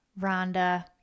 Rhonda